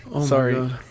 sorry